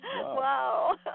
Wow